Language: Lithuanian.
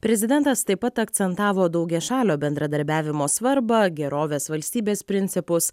prezidentas taip pat akcentavo daugiašalio bendradarbiavimo svarbą gerovės valstybės principus